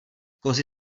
kozy